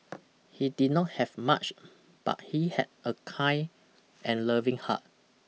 he did not have much but he had a kind and loving heart